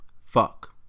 Fuck